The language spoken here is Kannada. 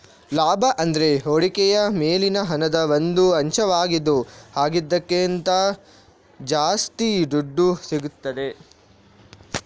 ಲಾಭ ಅಂದ್ರೆ ಹೂಡಿಕೆಯ ಮೇಲಿನ ಹಣದ ಒಂದು ಅಂಶವಾಗಿದ್ದು ಹಾಕಿದ್ದಕ್ಕಿಂತ ಜಾಸ್ತಿ ದುಡ್ಡು ಸಿಗ್ತದೆ